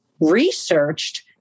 researched